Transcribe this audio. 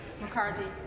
McCarthy